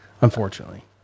unfortunately